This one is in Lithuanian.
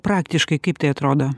praktiškai kaip tai atrodo